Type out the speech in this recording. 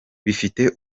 bifite